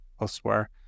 elsewhere